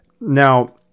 Now